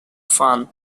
fun